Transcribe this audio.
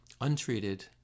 untreated